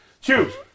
Choose